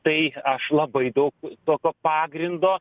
tai aš labai daug tokio pagrindo